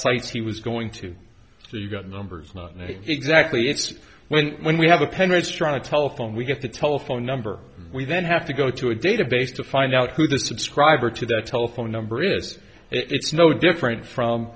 sites he was going to so you got numbers not names exactly it's when when we have a pen restaurant a telephone we get the telephone number we then have to go to a database to find out who the subscriber to that telephone number is it's no different from